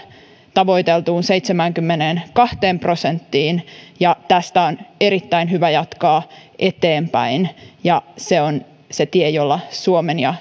tavoiteltuun seitsemäänkymmeneenkahteen prosenttiin ja tästä on erittäin hyvä jatkaa eteenpäin se on se tie jolla suomen ja